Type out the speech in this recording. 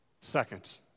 Second